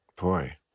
boy